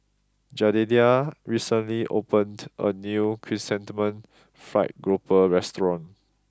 Jedediah recently opened a new Chrysanthemum Fried Grouper restaurant